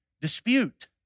dispute